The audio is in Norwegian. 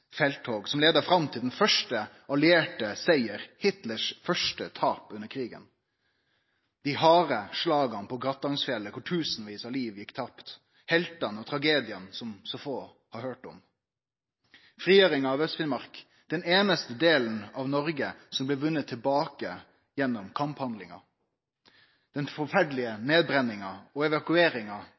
felttog som leidde fram til den første allierte siger, Hitlers første tap under krigen dei harde slaga på Gratangsfjellet, då tusenvis av liv gjekk tapt, heltane og tragediane som så få har høyrt om frigjeringa av Aust-Finnmark, den einaste delen av Noreg som blei vunnen tilbake gjennom kamphandlingar den forferdelege nedbrenninga og